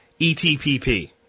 ETPP